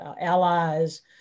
allies